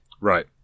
Right